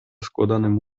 składanym